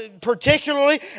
particularly